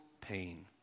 pain